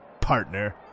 partner